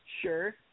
Sure